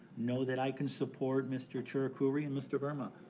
know that i can support mr. cherukuri and mr. verma.